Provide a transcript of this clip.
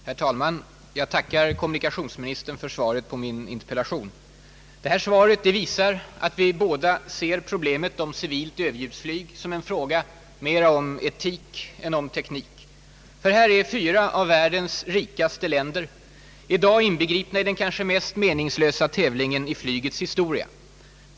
Herr talman! Jag tackar kommunikationsministern för svaret på min interpellation. Svaret visar att vi båda ser problemet om civilt överljudsflyg som en fråga mera om etik än om teknik. Här är nämligen fyra av världens rikaste länder i dag inbegripna i den kanske mest meningslösa tävlingen i flygets historia.